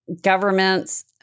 governments